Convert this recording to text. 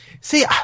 See